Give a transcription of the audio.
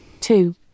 two